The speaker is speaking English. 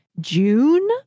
June